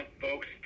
folks